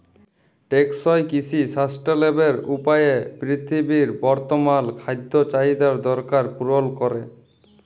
টেকসই কিসি সাসট্যালেবেল উপায়ে পিরথিবীর বর্তমাল খাদ্য চাহিদার দরকার পুরল ক্যরে